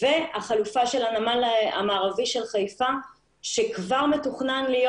והחלופה של הנמל המערבי של חיפה שכבר מתוכנן להיות